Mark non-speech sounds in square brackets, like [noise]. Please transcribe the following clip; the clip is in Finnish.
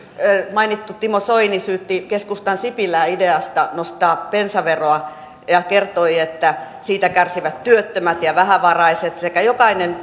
mainittu timo soini syytti keskustan sipilää ideasta nostaa bensaveroa ja kertoi että siitä kärsivät työttömät ja vähävaraiset sekä jokainen [unintelligible]